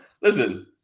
Listen